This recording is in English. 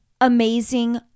amazing